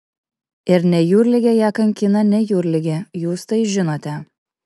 ir ne jūrligė ją kankina ne jūrligė jūs tai žinote